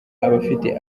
abafite